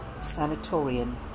Sanatorium